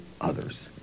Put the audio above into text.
others